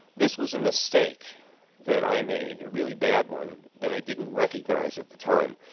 this was a mistake that i made, a really bad one, that i didn't recognize at the time.